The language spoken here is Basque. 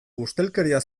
ustelkeria